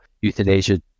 euthanasia